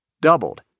doubled